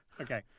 Okay